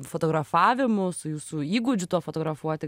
fotografavimu su jūsų įgūdžiu tuo fotografuoti